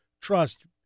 trust